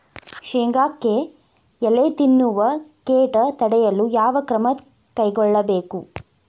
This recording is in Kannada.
ಶೇಂಗಾಕ್ಕೆ ಎಲೆ ತಿನ್ನುವ ಕೇಟ ತಡೆಯಲು ಯಾವ ಕ್ರಮ ಕೈಗೊಳ್ಳಬೇಕು?